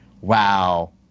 wow